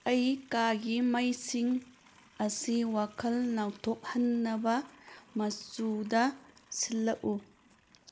ꯑꯩ ꯀꯥꯒꯤ ꯃꯩꯁꯤꯡ ꯑꯁꯤ ꯋꯥꯈꯜ ꯅꯧꯊꯣꯛꯍꯟꯅꯕ ꯃꯆꯨꯗ ꯁꯤꯜꯂꯛꯎ